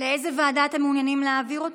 לאיזו ועדה אתם מעוניינים להעביר,